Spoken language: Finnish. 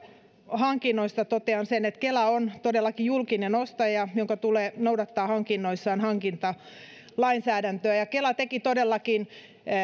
hankinnoista totean sen että kela on julkinen ostaja jonka tulee noudattaa hankinnoissaan hankintalainsäädäntöä ja kela teki todellakin